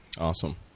Awesome